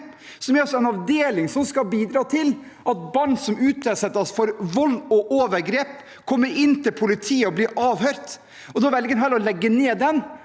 Det er en avdeling som skal bidra til at barn som utsettes for vold og overgrep, kommer inn til politiet og blir avhørt. Da velger en heller å legge ned den